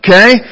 Okay